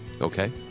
Okay